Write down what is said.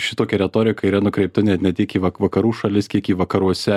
šitokia retorika yra nukreipta ne tik į va vakarų šalis kiek į vakaruose